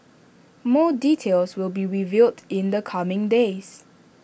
more details will be revealed in the coming days